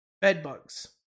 Bedbugs